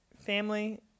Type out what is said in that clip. family